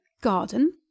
garden